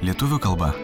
lietuvių kalba